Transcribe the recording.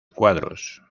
cuadros